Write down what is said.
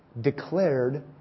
Declared